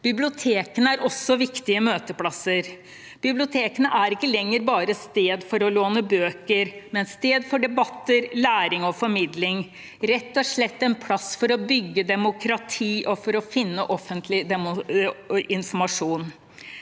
Bibliotekene er også viktige møteplasser. Bibliotekene er ikke lenger bare sted for å låne bøker, men sted for debatter, læring og formidling – rett og slett en plass for å bygge demokrati og for å finne offentlig informasjon.